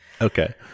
Okay